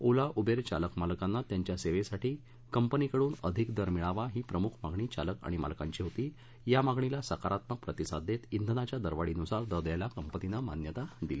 ओला Uber चालक मालकांना त्यांच्या सेवेसाठी कंपनीकडून अधिक दर मिळावा ही प्रमुख मागणी चालक आणि मालकांची होती या मागणीला सकारात्मक प्रतिसाद देत इंधनाच्या दरवाढीनुसार दर द्यायला कंपनीने मान्यता दिली